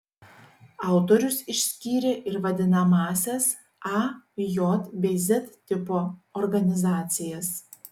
autorius išskyrė ir vadinamąsias a j bei z tipo organizacijas